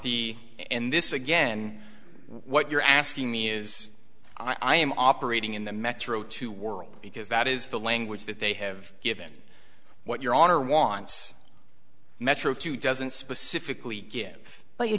the in this again what you're asking me is i am operating in the metro two world because that is the language that they have given what your honor wants metro to doesn't specifically give